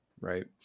right